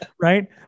right